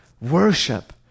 worship